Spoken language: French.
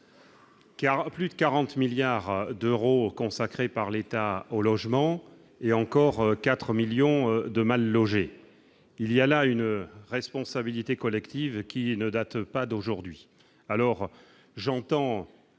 plus de 40 milliards d'euros consacrés par l'État, au logement et encore 4 millions de mal-logés, il y a là une responsabilité collective qui ne date pas d'aujourd'hui,